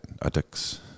addicts